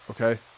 Okay